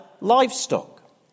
livestock